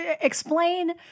explain